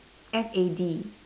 f_a_d